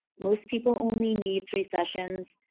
most people only need three sessions.